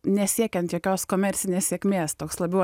nesiekiant jokios komercinės sėkmės toks labiau